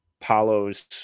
Paulo's